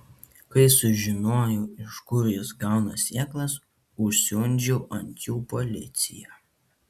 kai sužinojau iš kur jis gauna sėklas užsiundžiau ant jų policiją